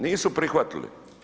Nisu prihvatili.